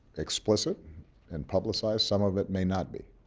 explicit and publicized some of it may not be.